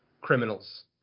Criminals